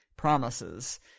promises